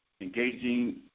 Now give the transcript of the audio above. engaging